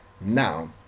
now